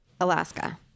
Alaska